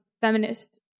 feminist